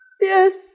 Yes